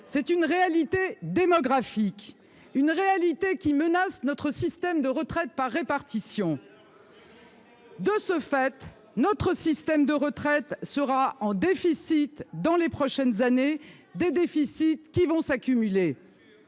C'est une réalité démographique, qui menace notre système de retraite par répartition. De ce fait, notre système de retraite sera en déficit dans les prochaines années, et ce déficit va s'aggraver.